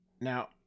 Now